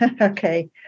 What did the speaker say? Okay